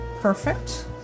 perfect